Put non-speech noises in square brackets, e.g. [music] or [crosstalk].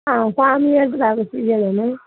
[unintelligible]